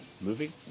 movie